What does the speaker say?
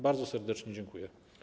Bardzo serdecznie dziękuję.